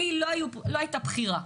לי לא הייתה בחירה,